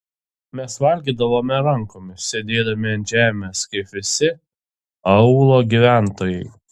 mes valgydavome rankomis sėdėdami ant žemės kaip visi aūlo gyventojai